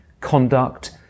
conduct